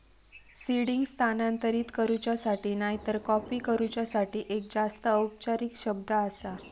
seeding स्थानांतरित करूच्यासाठी नायतर कॉपी करूच्यासाठी एक जास्त औपचारिक शब्द आसा